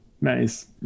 Nice